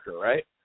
right